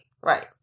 Right